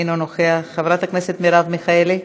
אינו נוכח, חברת הכנסת מרב מיכאלי,